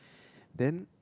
then